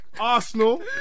Arsenal